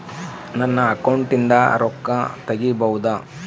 ನನ್ನ ಅಕೌಂಟಿಂದ ರೊಕ್ಕ ತಗಿಬಹುದಾ?